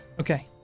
okay